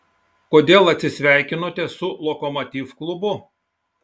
kodėl atsisveikinote su lokomotiv klubu